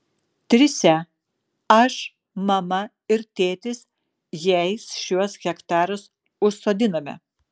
trise aš mama ir tėtis jais šiuos hektarus užsodinome